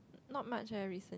not much eh recen~